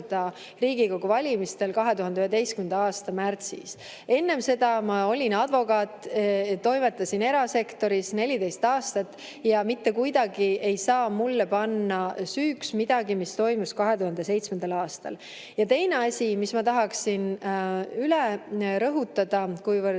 Riigikogu valimistel 2011. aasta märtsis. Enne seda ma olin advokaat, toimetasin erasektoris 14 aastat ja mitte kuidagi ei saa mulle panna süüks midagi, mis toimus 2007. aastal. Ja on ka teine asi, mida ma tahaksin rõhutada, kuna Mart